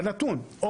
בנתון,